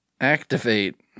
activate